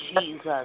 Jesus